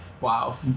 Wow